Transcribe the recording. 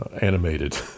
animated